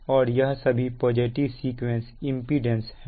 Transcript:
और यह सभी पॉजिटिव सीक्वेंस इंपीडेंस है